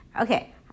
Okay